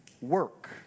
work